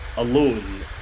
alone